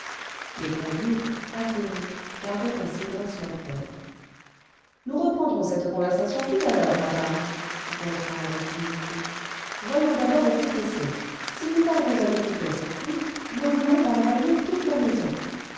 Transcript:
les convives atterrés gardaient un silence mortel nous reprendrons cette conversation tout à l'heure madame fit gontran avec dignité voyons d'abord au plus pressé si nous tardons à découvrir cette fuite le bouillon va envahir toute la maison